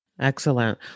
Excellent